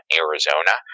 arizona